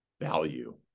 value